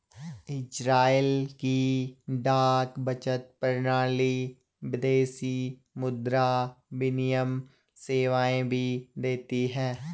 Israel की डाक बचत प्रणाली विदेशी मुद्रा विनिमय सेवाएं भी देती है